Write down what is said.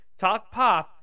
TalkPop